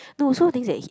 no so things that he